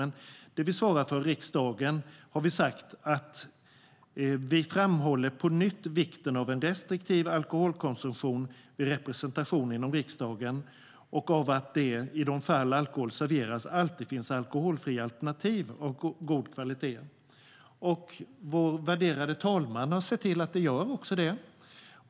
Men i det som vi svarar för, riksdagen, framhåller vi på nytt vikten av en restriktiv alkoholkonsumtion vid representation inom riksdagen och av att det, i de fall alkohol serveras, alltid finns alkoholfria alternativ av god kvalitet. Och vår värderade talman har sett till att det också gör det.